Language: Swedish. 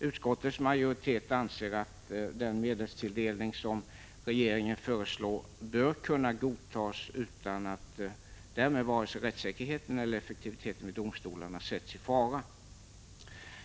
Utskottets majoritet anser att den medelstilldelning som regeringen föreslår bör kunna godtas utan att därmed vare sig rättssäkerheten eller effektiviteten vid domstolarna sätts i fara.